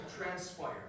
transpire